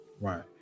Right